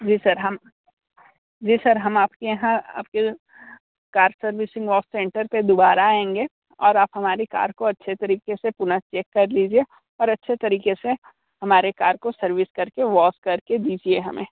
जी sir हम जी sir हम आप के यहाँ आ के जो कार सर्विसिंग वॉश सेंटर पर दुबारा आएंगे और आप हमारी कार को अच्छे तरीके से पूरा चेक कर लीजिए और अच्छे तरीके से हमारे कार को सर्विस करके वॉश करके दीजिए हमें